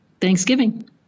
Thanksgiving